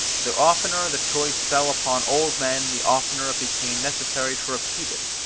the oftener the choice fell upon old men, the oftener it became necessary to repeat it,